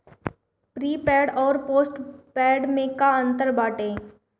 Prepaid अउर postpaid में का अंतर बाटे?